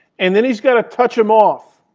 and then he's going to touch them off.